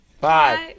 Five